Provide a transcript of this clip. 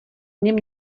něm